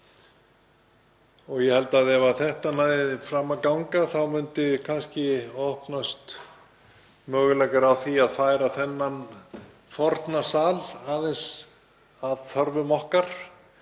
undir það. Ef þetta næði fram að ganga myndu kannski opnast möguleikar á því að færa þennan forna sal aðeins að þörfum okkar